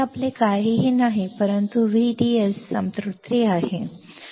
हे आपले काहीही नाही परंतु VDS संतृप्ति आहे जे येथे आहे